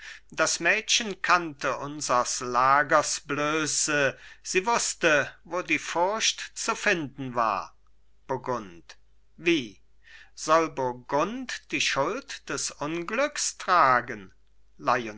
das mädchen kannte unsers lagers blöße sie wußte wo die furcht zu finden war burgund wie soll burgund die schuld des unglücks tragen